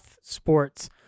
sport's